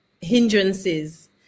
hindrances